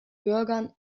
bürgern